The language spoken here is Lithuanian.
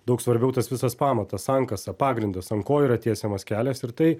daug svarbiau tas visas pamatas sankasa pagrindas ant ko yra tiesiamas kelias ir tai